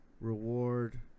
reward